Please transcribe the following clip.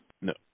No